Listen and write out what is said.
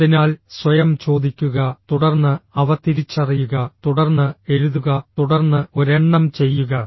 അതിനാൽ സ്വയം ചോദിക്കുക തുടർന്ന് അവ തിരിച്ചറിയുക തുടർന്ന് എഴുതുക തുടർന്ന് ഒരെണ്ണം ചെയ്യുക